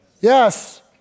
Yes